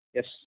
Yes